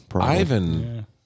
Ivan